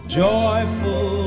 joyful